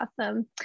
awesome